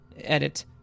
Edit